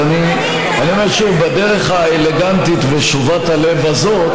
אבל אני אומר שוב: בדרך האלגנטית הזאת ושובת הלב הזאת